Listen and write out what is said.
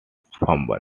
fumble